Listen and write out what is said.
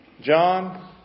John